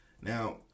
Now